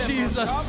Jesus